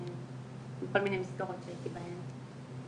מכל מיני מסגרות שהייתי בהן,